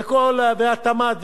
ומשרד התמ"ת,